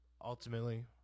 ultimately